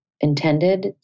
intended